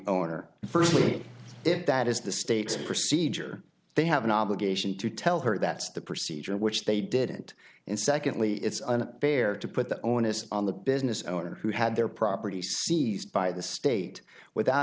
owner firstly if that is the state's procedure they have an obligation to tell her that's the procedure which they didn't and secondly it's an affair to put the onus on the business owner who had their property seized by the state without